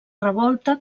revolta